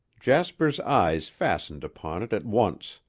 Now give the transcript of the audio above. jasper's eyes fastened upon it at once.